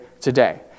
today